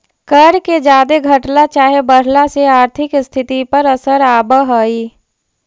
कर के जादे घटला चाहे बढ़ला से आर्थिक स्थिति पर असर आब हई